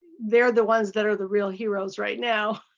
they are the ones that are the real heroes right now?